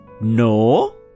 No